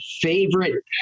favorite